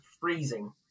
freezing